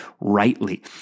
rightly